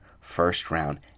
first-round